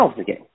again